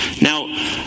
Now